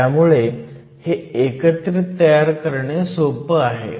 त्यामुळे हे एकत्रित तयार करणे सोपं आहे